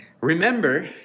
Remember